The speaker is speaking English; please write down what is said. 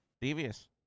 Devious